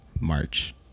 March